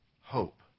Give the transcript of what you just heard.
hope